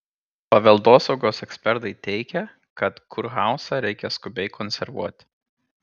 paveldosaugos ekspertai teigia kad kurhauzą reikia skubiai konservuoti